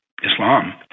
Islam